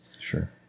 Sure